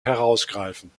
herausgreifen